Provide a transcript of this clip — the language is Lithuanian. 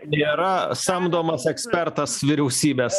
nėra samdomas ekspertas vyriausybės